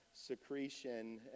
secretion